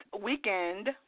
weekend